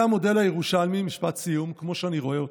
משפט סיום, זה המודל הירושלמי כמו שאני רואה אותו.